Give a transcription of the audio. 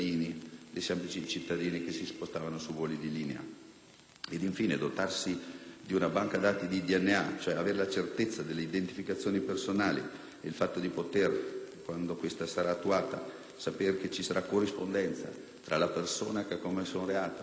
conto il dotarsi di una banca dati dei DNA, ossia avere la certezza delle identificazioni personali e il fatto di poter riscontrare, quando questa sarà attuata, una corrispondenza tra la persona che ha commesso un reato e dei campioni che si potranno rintracciare sui luoghi